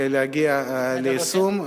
ולהגיע ליישום,